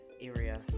area